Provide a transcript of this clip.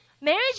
marriage